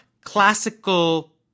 classical